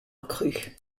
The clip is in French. accru